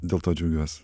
dėl to džiaugiuos